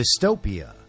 dystopia